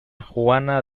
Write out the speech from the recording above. juana